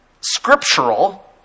scriptural